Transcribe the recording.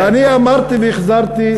אני אמרתי וחזרתי,